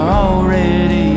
already